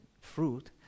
fruit